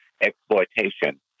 exploitation